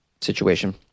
situation